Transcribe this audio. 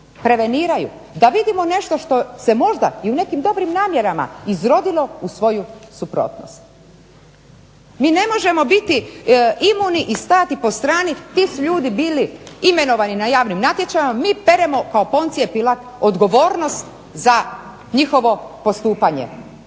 da vidimo nešto što se možda i u nekim dobrim namjerama izrodilo u svoju suprotnost. Mi ne možemo biti imuni i stajati po strani. Ti su ljudi bili imenovani na javnim natječajima, mi peremo kao Poncije Pilat odgovornost za njihovo postupanje.